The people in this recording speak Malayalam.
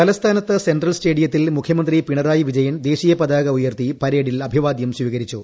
തലസ്ഥാനത്ത് സെൻട്രൽ സ്റ്റേഡിയത്തിൽ മുഖ്യമന്ത്രി പിണറായി വിജയൻ ദേശീയ പതാക ഉയർത്തി പരേഡിൽ അഭിവാദ്യം സ്ഥീകരിച്ചു